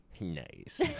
nice